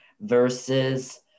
versus